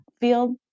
field